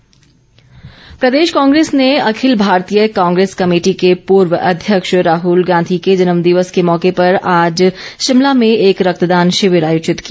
कांग्रेस प्रदेश कांग्रेस ने अखिल भारतीय कांग्रेस कमेटी के पूर्व अध्यक्ष राहुल गांधी के जन्मदिवस के मौके पर आज शिमला में एक रक्तदान शिविर आयोजित किया